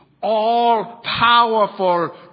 all-powerful